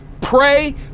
pray